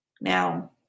Now